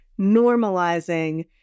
normalizing